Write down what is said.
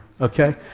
okay